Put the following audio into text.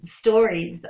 stories